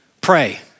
pray